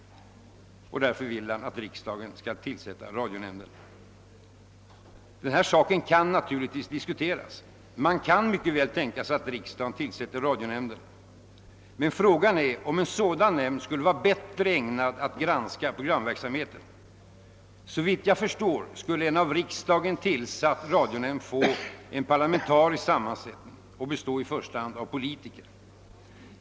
Därför vill han att riksdagen skall tillsätta radionämnden. Den saken kan naturligtvis diskuteras. Man kan mycket väl tänka sig att riksdagen gör det. Men frågan är om en sådan nämnd skulle vara bättre ägnad att granska programverksamheten. Såvitt jag förstår skulle en av riksdagen tillsatt radionämnd få parlamentarisk sammansättning och i första hand bestå av politiker.